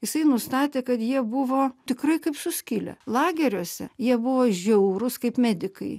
jisai nustatė kad jie buvo tikrai kaip suskilę lageriuose jie buvo žiaurūs kaip medikai